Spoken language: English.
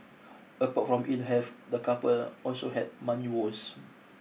apart from ill health the couple also had money woes